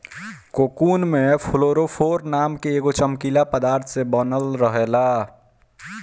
cocoon में fluorophore नाम के एगो चमकीला पदार्थ से बनल रहेला